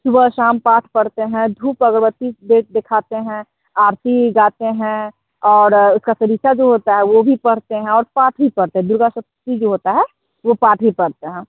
सुबह शाम पाठ पढ़ते हैं धूप अगरबत्ती दे देखाते हैं आरती गाते हैं और उसका चालीसा जो होता है वो भी पढ़ते हैं और पाठ भी पढ़ते हैँ दुर्गा सप्ती जो होती है वह पाठ भी पढ़ते हैं